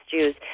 Jews